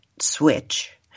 switch